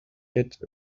get